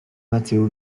matteo